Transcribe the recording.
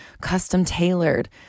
custom-tailored